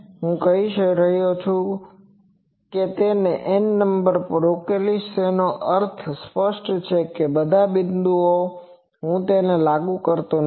હું કહી રહ્યો છું કે હું તેને N નંબર પર ઉકેલીશ તેનો અર્થ સ્પષ્ટ છે કે બધા બિંદુઓ પર હું તેને લાગુ કરતો નથી